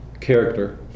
character